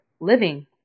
living